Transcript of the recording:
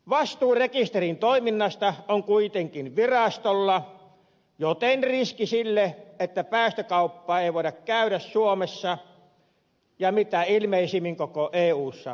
vastuu rekisterin toiminnasta on kuitenkin virastolla joten riski sille että päästökauppaa ei voida käydä suomessa ja mitä ilmeisimmin koko eussa on suuri